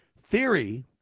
theory